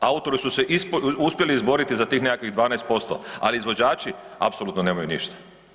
Autori su se uspjeli izboriti za tih nekakvih 12%, ali izvođači apsolutno nemaju ništa.